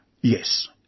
Yes